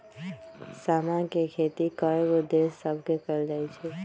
समा के खेती कयगो देश सभमें कएल जाइ छइ